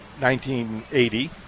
1980